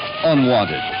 Unwanted